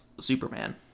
Superman